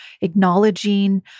acknowledging